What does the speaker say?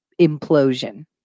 implosion